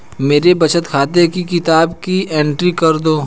मेरे बचत खाते की किताब की एंट्री कर दो?